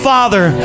Father